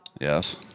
Yes